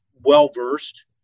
well-versed